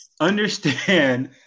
understand